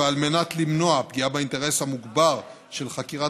ועל מנת למנוע פגיעה באינטרס המוגבר של חקירת